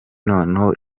noneho